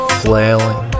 flailing